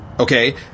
Okay